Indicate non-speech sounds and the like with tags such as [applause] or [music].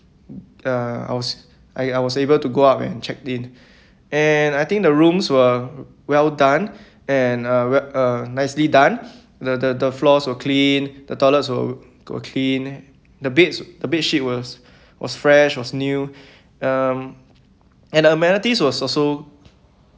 uh I was I I was able to go up and checked in [breath] and I think the rooms were well done [breath] and uh well uh nicely done the the the floor was clean the toilets were were clean the bed the bedsheet was [breath] was fresh was new [breath] um and amenities was also